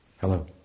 Hello